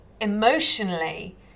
emotionally